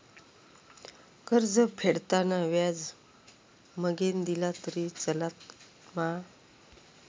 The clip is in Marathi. कर्ज फेडताना व्याज मगेन दिला तरी चलात मा?